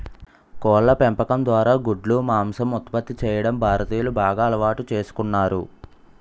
కోళ్ళ పెంపకం ద్వారా గుడ్లు, మాంసం ఉత్పత్తి చేయడం భారతీయులు బాగా అలవాటు చేసుకున్నారు